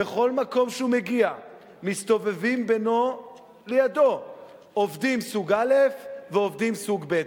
בכל מקום שהוא מגיע מסתובבים לידו עובדים סוג א' ועובדים סוג ב'.